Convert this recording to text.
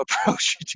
approach